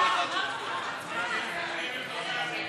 הצעת